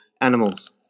animals